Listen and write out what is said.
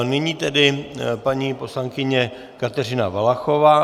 Nyní paní poslankyně Kateřina Valachová.